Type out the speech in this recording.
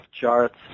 charts